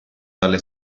dalle